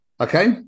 Okay